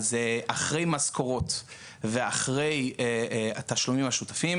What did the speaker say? אז אחרי משכורות ואחרי התשלומים השוטפים